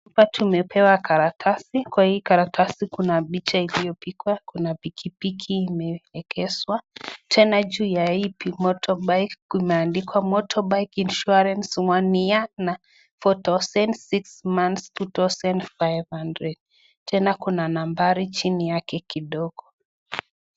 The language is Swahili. Hapa tumepewa karatasi. Kwa hii karatasi kuna bicha iliyopikwa, kuna pikipiki imeekezwa. Tena juu ya hii motorbike kumeandikwa "Motorbike insurance one year" na 4,000, "six months" 2,500 . Tena kuna nambari chini yake kidogo.